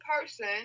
person